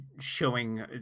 showing